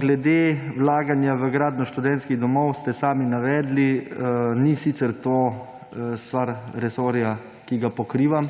Glede vlaganja v gradnjo študentskih domov ste sami navedli, to sicer ni stvar resorja, ki ga pokrivam,